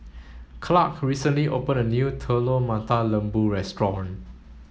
Clark recently opened a new Telur Mata Lembu restaurant